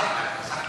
החליק, החלקה.